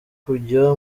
kujya